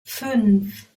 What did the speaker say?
fünf